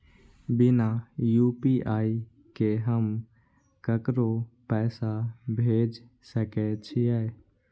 बिना यू.पी.आई के हम ककरो पैसा भेज सके छिए?